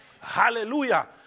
Hallelujah